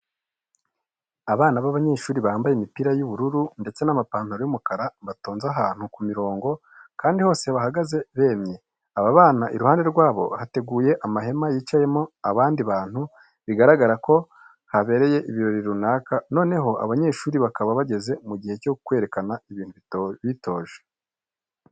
Abana b'abanyeshuri bambaye imipira y'ubururu ndetse n'amapantaro y'umukara, batonze ahantu ku mirongo kandi bose bahagaze bemye. Aba bana iruhande rwabo hateguye amahema yicayemo abandi bantu, bigaragara ko habereye ibirori runaka noneho abanyeshuri bakaba bageze mu gihe cyo kwerekana ibintu bitoje.